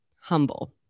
humble